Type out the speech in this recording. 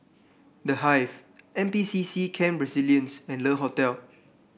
The Hive N P C C Camp Resilience and Le Hotel